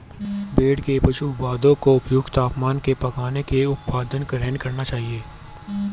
भेड़ को पशु उत्पादों को उपयुक्त तापमान पर पकाने के उपरांत ही ग्रहण करना चाहिए